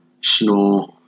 Snore